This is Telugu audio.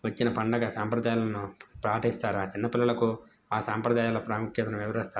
వచ్చిన పండుగ సాంప్రదాయాలను పాటిస్తారా చిన్నపిల్లలకు ఆ సాంప్రదాయాల ప్రాముఖ్యతను వివరిస్తా